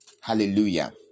Hallelujah